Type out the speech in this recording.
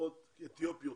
משפחות אתיופיות,